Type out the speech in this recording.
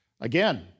Again